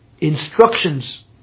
instructions